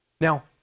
Now